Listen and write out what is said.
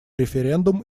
референдум